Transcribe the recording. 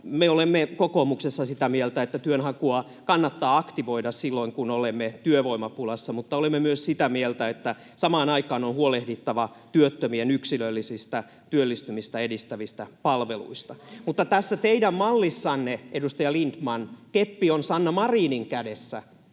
me olemme kokoomuksessa sitä mieltä, että työnhakua kannattaa aktivoida silloin kun olemme työvoimapulassa, mutta olemme myös sitä mieltä, että samaan aikaan on huolehdittava työttömien yksilöllisistä työllistymistä edistävistä palveluista. Mutta tässä teidän mallissanne, edustaja Lindtman, keppi on Sanna Marinin kädessä,